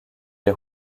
des